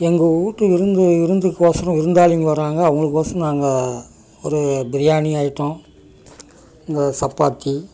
எங்கள் வீட்டு விருந்து விருந்துக்கோசரம் விருந்தாளிங்க வராங்க அவங்களுக்கோசரம் நாங்கள் ஒரு பிரியாணி ஐட்டம் இந்த சப்பாத்தி